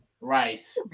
Right